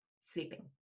sleeping